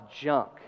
junk